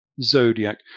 Zodiac